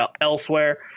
elsewhere